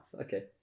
Okay